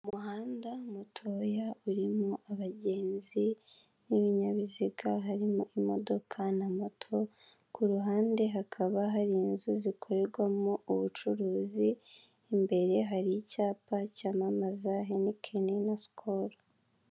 Umuhanda mutoya urimo abagenzi b'ibinyabiziga harimo imodoka na moto ku ruhande hakaba hari inzu zikorerwamo ubucuruzi, imbere hari icyapa cyamamaza henikeni sikolo.